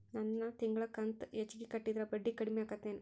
ನನ್ ತಿಂಗಳ ಕಂತ ಹೆಚ್ಚಿಗೆ ಕಟ್ಟಿದ್ರ ಬಡ್ಡಿ ಕಡಿಮಿ ಆಕ್ಕೆತೇನು?